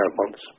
months